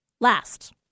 last